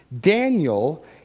Daniel